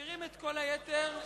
מסירים את כל יתר ההסתייגויות.